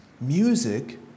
Music